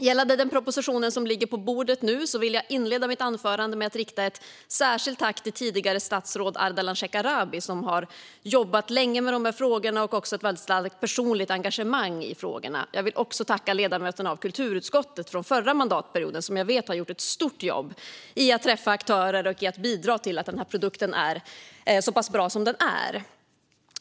Gällande den proposition som nu ligger på bordet vill jag inleda mitt anförande med att rikta ett särskilt tack till det tidigare statsrådet Ardalan Shekarabi, som har jobbat länge med dessa frågor och som har ett starkt personligt engagemang i frågorna. Jag vill också tacka ledamöterna av kulturutskottet från förra mandatperioden, som jag vet har gjort ett stort jobb i att träffa aktörer och i att bidra till att denna produkt är så pass bra som den är.